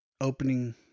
opening